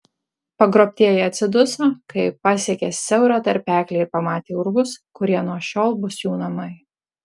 pagrobtieji atsiduso kai pasiekė siaurą tarpeklį ir pamatė urvus kurie nuo šiol bus jų namai